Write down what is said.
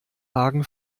hagen